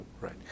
Right